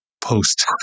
post